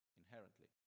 inherently